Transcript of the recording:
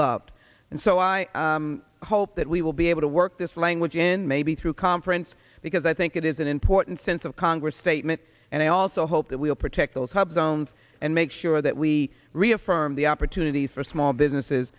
loved and so i hope that we will be able to work this language in maybe through conference because i think it is an important sense of congress statement and i also hope that we'll protect those subzone and make sure that we reaffirm the opportunities for small businesses